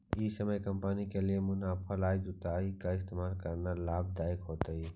ई समय कंपनी के लिए मुनाफे ला जुताई का इस्तेमाल करना लाभ दायक होतई